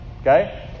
Okay